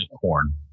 corn